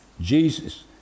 Jesus